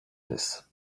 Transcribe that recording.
this